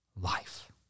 life